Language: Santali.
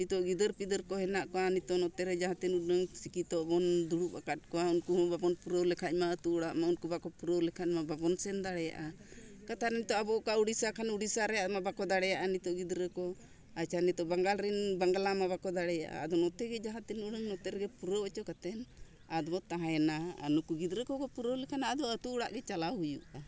ᱱᱤᱛᱳᱜ ᱜᱤᱫᱟᱹᱨ ᱯᱤᱫᱟᱹᱨ ᱠᱚ ᱦᱮᱱᱟᱜ ᱠᱚᱣᱟ ᱱᱤᱛᱳᱜ ᱱᱚᱛᱮ ᱨᱮ ᱡᱟᱦᱟᱸ ᱛᱤᱱ ᱩᱰᱟᱹᱝ ᱥᱤᱠᱠᱷᱤᱛᱚᱜ ᱵᱚᱱ ᱫᱩᱲᱩᱵ ᱟᱠᱟᱫ ᱠᱚᱣᱟ ᱩᱱᱠᱩ ᱦᱚᱸ ᱵᱟᱵᱚᱱ ᱯᱩᱨᱟᱹᱣ ᱞᱮᱠᱷᱟᱡ ᱢᱟ ᱟᱛᱳ ᱚᱲᱟᱜ ᱢᱟ ᱩᱱᱠᱩ ᱵᱟᱠᱚ ᱯᱩᱨᱟᱹᱣ ᱞᱮᱠᱷᱟᱱ ᱢᱟ ᱵᱟᱵᱚᱱ ᱥᱮᱱ ᱫᱟᱲᱮᱭᱟᱜᱼᱟ ᱠᱟᱛᱷᱟ ᱱᱤᱛᱳᱜ ᱟᱵᱚ ᱚᱠᱟ ᱳᱰᱤᱥᱟ ᱠᱷᱟᱱ ᱩᱲᱤᱥᱥᱟ ᱨᱮᱢᱟ ᱵᱟᱠᱚ ᱫᱟᱲᱮᱭᱟᱜᱼᱟ ᱱᱤᱛᱚᱜ ᱜᱤᱫᱽᱨᱟᱹ ᱠᱚ ᱟᱪᱪᱷᱟ ᱱᱤᱛᱳᱜ ᱵᱟᱝᱜᱟᱞ ᱵᱟᱝᱞᱟ ᱢᱟ ᱵᱟᱠᱚ ᱫᱟᱲᱮᱭᱟᱜᱼᱟ ᱟᱫᱚ ᱱᱚᱛᱮ ᱜᱮ ᱡᱟᱦᱟᱸ ᱛᱤᱱ ᱩᱰᱟᱹᱝ ᱱᱚᱛᱮ ᱨᱮᱜᱮ ᱯᱩᱨᱟᱹᱣ ᱚᱪᱚ ᱠᱟᱛᱮ ᱟᱫᱚ ᱵᱚᱱ ᱛᱟᱦᱮᱱᱟ ᱟᱨ ᱱᱩᱠᱩ ᱜᱤᱫᱽᱨᱟᱹ ᱠᱚᱠᱚ ᱯᱩᱨᱟᱹᱣ ᱞᱮᱠᱷᱟᱱ ᱟᱫᱚ ᱟᱛᱳ ᱚᱲᱟᱜ ᱜᱮ ᱪᱟᱞᱟᱣ ᱦᱩᱭᱩᱜᱼᱟ